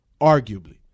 Arguably